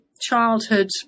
childhood